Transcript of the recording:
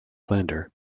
slander